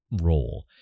role